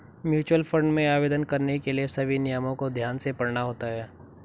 mutual fund में आवेदन करने के लिए सभी नियमों को ध्यान से पढ़ना होता है